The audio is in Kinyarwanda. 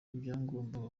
ibyagombaga